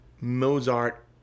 Mozart